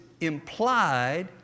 implied